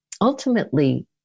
ultimately